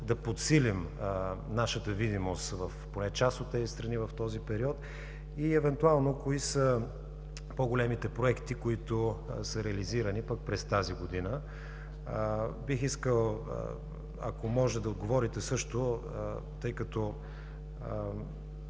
да подсилим нашата видимост поне в част от тези страни в този период и евентуално кои са по-големите проекти, които са реализирани пък през тази година? Бих искал, ако може да отговорите също, тъй като